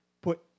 put